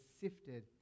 sifted